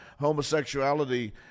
homosexuality